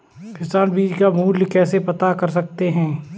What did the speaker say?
किसान बीज का मूल्य कैसे पता कर सकते हैं?